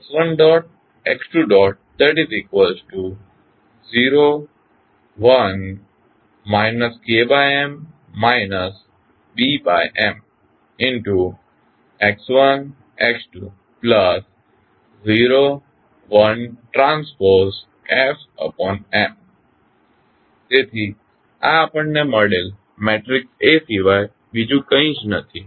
x1 x2 0 1 KM BM x1 x2 0 1 TfM તેથી આ આપણને મળેલ મેટ્રિક્સ A સિવાય બીજું કંઈ જ નથી